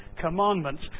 commandments